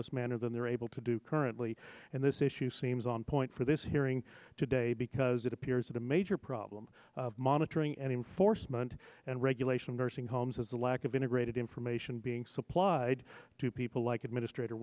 less manner than they are able to do currently and this issue seems on point for this hearing today because it appears that a major problem of monitoring enforcement and regulation of nursing homes is the lack of integrated information being supplied to people like administrator